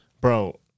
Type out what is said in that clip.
bro